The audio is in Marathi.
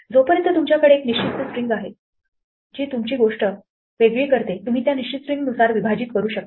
जोपर्यंत तुमच्याकडे एक निश्चित स्ट्रिंग आहे जी तुमची गोष्ट वेगळी करते तुम्ही त्या निश्चित स्ट्रिंगनुसार विभाजित करू शकता